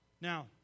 Now